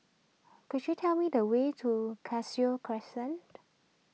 could you tell me the way to Cashew Crescent